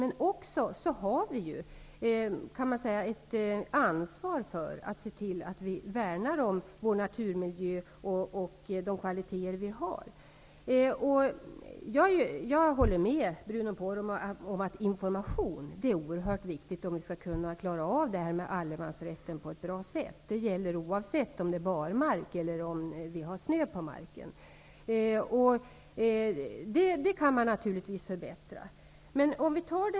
Men vi har också ett ansvar att se till att vi värnar om vår miljö och de kvaliteter vi har. Jag håller med Bruno Poromaa om att information är oerhört viktigt, om vi skall klara av frågan om allemansrätten på ett bra sätt; det gäller oavsett om det är barmark eller snö. Man kan naturligtvis förbättra informationen.